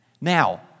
Now